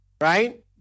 right